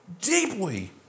deeply